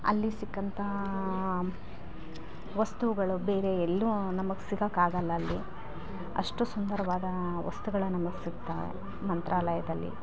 ಅಲ್ಲಿ ಸಿಕ್ಕಂಥ ವಸ್ತುಗಳು ಬೇರೆ ಎಲ್ಲೂ ನಮಗೆ ಸಿಗಕ್ಕೆ ಆಗಲ್ಲ ಅಲ್ಲಿ ಅಷ್ಟು ಸುಂದರವಾದ ವಸ್ತುಗಳು ನಮಗೆ ಸಿಗ್ತಾವೆ ಮಂತ್ರಾಲಯದಲ್ಲಿ